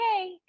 okay